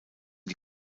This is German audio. die